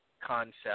concept